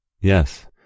Yes